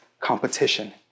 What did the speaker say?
competition